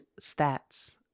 stats